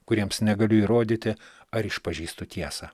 kuriems negaliu įrodyti ar išpažįstu tiesą